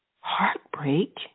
heartbreak